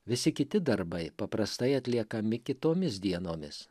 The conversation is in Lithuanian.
visi kiti darbai paprastai atliekami kitomis dienomis